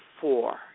four